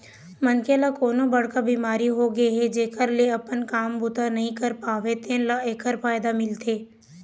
मनखे ल कोनो बड़का बिमारी होगे हे जेखर ले अपन काम बूता नइ कर पावय तेन ल एखर फायदा मिलथे